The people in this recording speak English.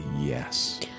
yes